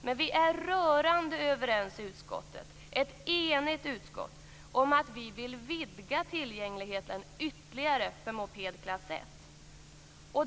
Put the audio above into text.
Men vi är rörande överens i utskottet - utskottet är enigt - om att vi vill vidga tillgängligheten ytterligare för moped klass I.